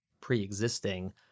pre-existing